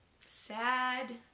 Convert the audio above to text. sad